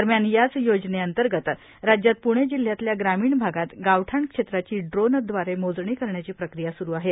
दरम्यान याच योजनेअंतर्गत राज्यात पुणे जिल्हयातल्या ग्रामीण भागात गावठाण क्षेत्राची ड्रोनव्दारे मोजणी करण्याची प्रक्रिया स्रु आहे